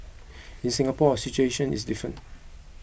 in Singapore our situation is different